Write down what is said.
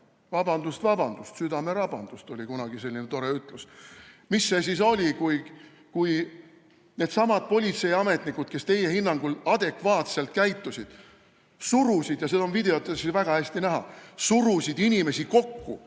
(vabandust, vabandust, südamerabandust – oli kunagi selline tore ütlus), mis see siis oli, kui needsamad politseiametnikud, kes teie hinnangul adekvaatselt käitusid, surusid – seda on videotes väga hästi näha – inimesi kokku